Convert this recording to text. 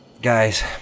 Guys